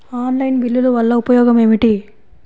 Online బిల్లుల వల్ల ఉపయోగమేమిటీ?